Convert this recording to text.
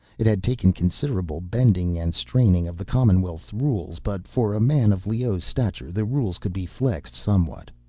it had taken considerable bending and straining of the commonwealth's rules but for a man of leoh's stature, the rules could be flexed somewhat.